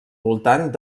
voltant